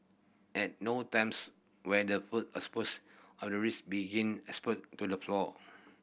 at no times where the food exposed or the risk of begin exposed to the floor